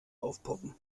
aufpoppen